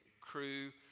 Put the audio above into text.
crew